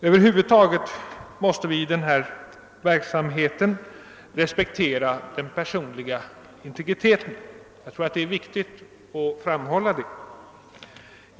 Över huvud taget måste vi i denna verksamhet respektera den personliga integriteten; det är viktigt att framhålla detta.